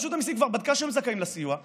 רשות המיסים כבר בדקה שהם זכאים לסיוע,